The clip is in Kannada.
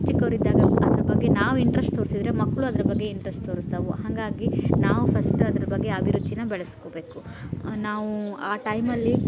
ಚಿಕ್ಕವರಿದ್ದಾಗ ಅದ್ರ ಬಗ್ಗೆ ನಾವು ಇಂಟ್ರೆಸ್ಟ್ ತೋರಿಸಿದ್ರೆ ಮಕ್ಕಳು ಅದ್ರ ಬಗ್ಗೆ ಇಂಟ್ರೆಸ್ಟ್ ತೋರಿಸ್ತಾವು ಹಾಗಾಗಿ ನಾವು ಫಸ್ಟು ಅದ್ರ ಬಗ್ಗೆ ಅಭಿರುಚಿನ ಬೆಳೆಸ್ಕೋಬೇಕು ನಾವು ಆ ಟೈಮಲ್ಲಿ